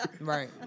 right